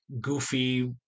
goofy